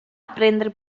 aprendre